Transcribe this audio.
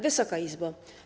Wysoka Izbo!